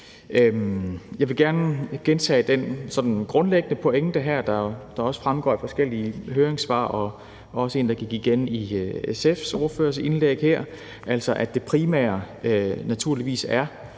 Jeg vil gerne gentage den grundlæggende pointe her, der også fremgår af forskellige høringssvar, og det var også en, der gik igen i SF's ordførers indlæg her, altså at det primære naturligvis er